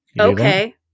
Okay